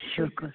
شکُر